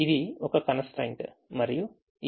ఇది ఒక constraint మరియు ఈ మూడు constraints ఇక్కడ ఉన్నాయి